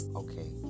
okay